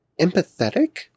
empathetic